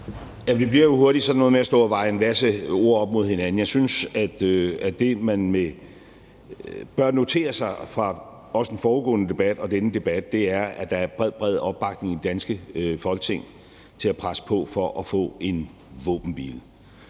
Det bliver jo hurtigt sådan noget med at stå og veje en masse ord op mod hinanden. Jeg synes, at det, man bør notere sig fra den foregående debat og også denne debat, er, at der er bred, bred opbakning i det danske Folketing til at presse på for at få en våbenhvile.